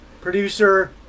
producer